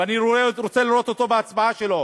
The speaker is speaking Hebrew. ואני רוצה לראות אותו בהצבעה שלו,